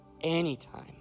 anytime